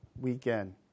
weekend